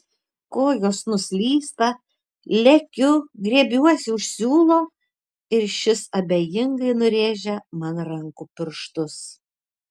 kojos nuslysta lekiu griebiuosi už siūlo ir šis abejingai nurėžia man rankų pirštus